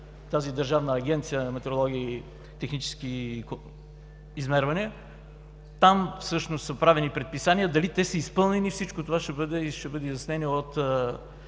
на Държавната агенция за метрологичен и технически надзор. Там всъщност са правени предписания. Дали са изпълнени, всичко това ще бъде изяснено от